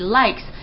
likes